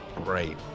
Great